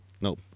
no